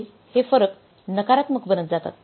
पुढे हे फरक नकारात्मक बनत जातात